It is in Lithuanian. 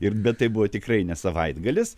ir bet tai buvo tikrai ne savaitgalis